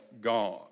God